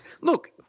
look